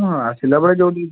ହଁ ଆସିଲାବେଳେ ଯୋଉଠିକି ଯିବି